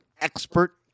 expert